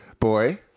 Boy